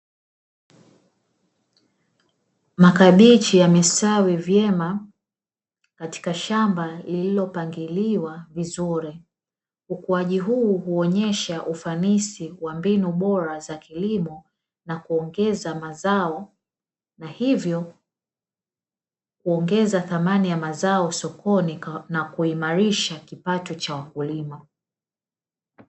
Makabichi yamestawi vyema katika shamba lililopangiliwa vizuri. Ukuaji huu huonyesha ufanisi wa mbinu bora za kilimo na kuongeza mazao na hivyo kuongeza thamani ya mazao sokoni na kuimarisha kipato cha wakulima.